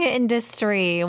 industry